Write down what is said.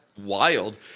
wild